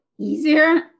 Easier